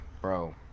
Bro